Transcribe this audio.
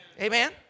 amen